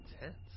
intense